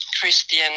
Christian